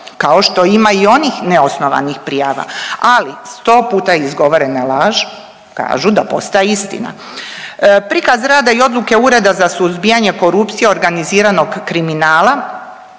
kao što ima i onih neosnovanih prijava, ali 100 puta izgovorena laž kažu da postaje istina. Prikaz rada i odluke Ureda za suzbijanje korupcije i organiziranog kriminala,